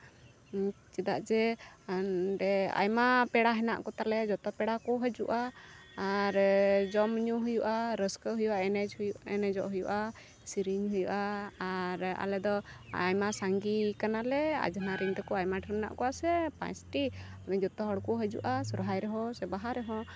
ᱪᱮᱫᱟᱜ ᱡᱮ ᱚᱸᱰᱮ ᱟᱭᱢᱟ ᱯᱮᱲᱟ ᱦᱮᱱᱟᱜ ᱠᱚᱛᱟᱞᱮᱭᱟ ᱡᱚᱛᱚ ᱯᱮᱲᱟ ᱠᱚ ᱦᱤᱡᱩᱜᱼᱟ ᱟᱨ ᱡᱚᱢᱼᱧᱩ ᱦᱩᱭᱩᱜᱼᱟ ᱨᱟᱹᱥᱠᱟᱹ ᱦᱩᱭᱩᱜᱼᱟ ᱮᱱᱮᱡᱚᱜ ᱦᱩᱭᱩᱜᱼᱟ ᱥᱮᱨᱮᱧ ᱦᱩᱭᱩᱜᱼᱟ ᱟᱨ ᱟᱞᱮ ᱫᱚ ᱟᱭᱢᱟ ᱥᱟᱸᱜᱮ ᱠᱟᱱᱟᱞᱮ ᱟᱡᱷᱱᱟᱨᱤᱧ ᱛᱟᱠᱚ ᱟᱭᱢᱟ ᱰᱷᱮᱨ ᱢᱮᱱᱟᱜ ᱠᱚᱣᱟ ᱥᱮ ᱯᱟᱸᱪᱴᱤ ᱟᱫᱚ ᱡᱚᱛᱚ ᱦᱚᱲ ᱠᱚ ᱦᱤᱡᱩᱜᱼᱟ ᱥᱚᱨᱦᱟᱭ ᱨᱮ ᱦᱚᱸ ᱥᱮ ᱵᱟᱦᱟ ᱨᱮᱦᱚᱸ